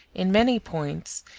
in many points,